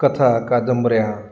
कथा कादंबऱ्या